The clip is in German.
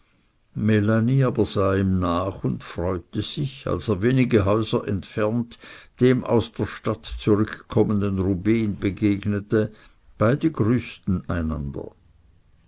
aber sah ihm nach und freute sich als er wenige häuser entfernt dem aus der stadt zurückkommenden rubehn begegnete beide grüßten einander